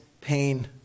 pain